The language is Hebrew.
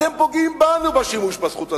אתם פוגעים בנו בשימוש בזכות הזאת,